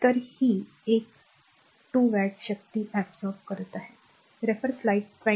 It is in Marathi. तर ही एक आर ही 2 वॅटची शक्ती absorbe केले जाते